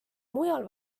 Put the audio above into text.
mujal